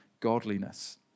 godliness